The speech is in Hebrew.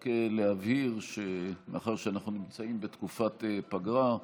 רק להבהיר שמאחר שאנחנו נמצאים בתקופת פגרה,